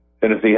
Tennessee